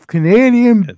Canadian